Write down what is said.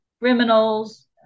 criminals